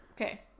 Okay